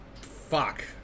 Fuck